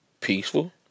peaceful